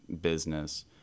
business